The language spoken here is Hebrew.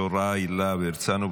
יוראי להב הרצנו,